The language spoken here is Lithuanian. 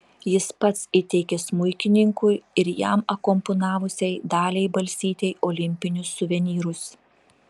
jis pats įteikė smuikininkui ir jam akompanavusiai daliai balsytei olimpinius suvenyrus